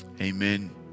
amen